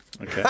Okay